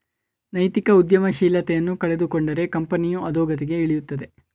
ನೈತಿಕ ಉದ್ಯಮಶೀಲತೆಯನ್ನು ಕಳೆದುಕೊಂಡರೆ ಕಂಪನಿಯು ಅದೋಗತಿಗೆ ಇಳಿಯುತ್ತದೆ